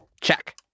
Check